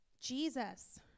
Jesus